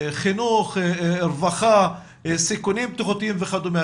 חינוך, רווחה, סיכונים בטיחותיים וכדומה.